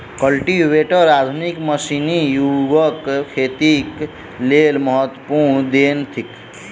cultivator आधुनिक मशीनी युगक खेतीक लेल महत्वपूर्ण देन थिक